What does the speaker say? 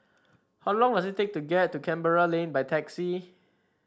how long does it take to get to Canberra Lane by taxi